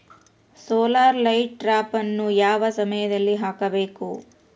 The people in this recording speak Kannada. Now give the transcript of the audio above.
ಸೋಲಾರ್ ಲೈಟ್ ಟ್ರಾಪನ್ನು ಯಾವ ಸಮಯದಲ್ಲಿ ಹಾಕಬೇಕು?